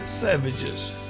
savages